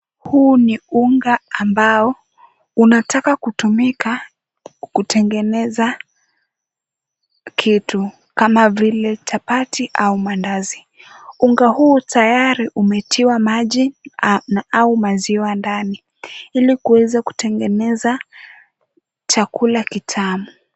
Huu ni unga ambao unataka kutumika kutengeneza kitu kama vile chapati au mandazi. Unga huu tayari umetiwa maji au maziwa ndani ili kuweza kutengeneza chakula kitamu.